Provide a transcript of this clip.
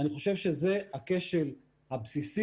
אני חושב שזה הכשל הבסיסי,